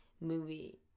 movie